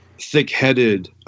thick-headed